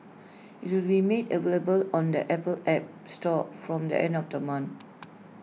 IT will be made available on the Apple app store from the end of the month